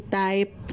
type